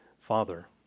Father